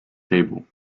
table